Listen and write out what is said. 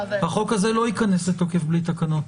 החוק הזה לא ייכנס לתוקף בלי תקנות.